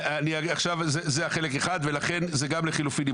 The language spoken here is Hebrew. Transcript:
זה חלק אחד ולכן זה גם לחילופין,